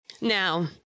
now